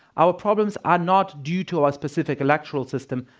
our problems are not due to our specific electoral system,